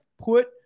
put